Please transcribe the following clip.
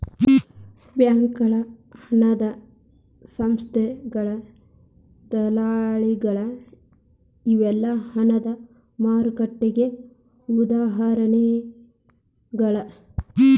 ಬ್ಯಾಂಕಗಳ ಹಣದ ಸಂಸ್ಥೆಗಳ ದಲ್ಲಾಳಿಗಳ ಇವೆಲ್ಲಾ ಹಣದ ಮಾರುಕಟ್ಟೆಗೆ ಉದಾಹರಣಿಗಳ